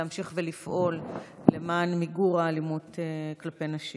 מחויבים להמשיך ולפעול למען מיגור אלימות כלפי נשים.